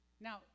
Now